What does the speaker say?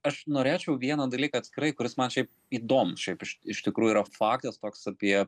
aš norėčiau vieną dalyką atskirai kuris man šiaip įdomu šiaip iš tikrųjų yra faktas toks apie